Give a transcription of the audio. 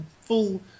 full